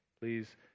Please